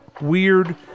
weird